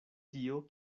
tio